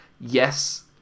Yes